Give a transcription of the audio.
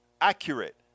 accurate